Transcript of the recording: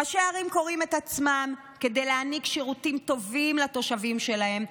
ראשי ערים קורעים את עצמם כדי להעניק שירותים טובים לתושבים שלהם,